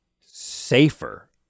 safer